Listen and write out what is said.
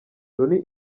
loni